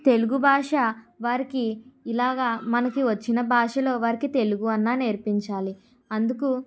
తెలుగు భాష వారికి ఇలాగా మనకి వచ్చిన భాషలో వారికి తెలుగు అన్న నేర్పించాలి అందుకు